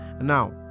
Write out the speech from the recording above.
now